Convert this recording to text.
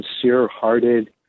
sincere-hearted